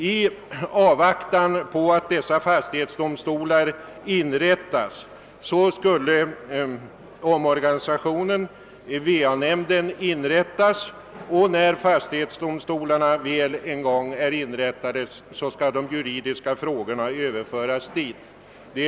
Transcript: I avvaktan på att dessa fastighetsdomstolar inrättas, skulle en omorganisation av va-nämnden genomföras och de aktuella frågorna överföras till denna nämnd. När sedan fastighetsdomstolarna väl blivit inrättade skall de juridiska frågorna överföras till dessa.